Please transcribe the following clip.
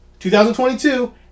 2022